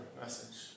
message